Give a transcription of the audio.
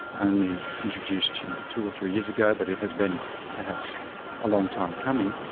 only introduced you know two or three years ago, but it has been perhaps a long time coming,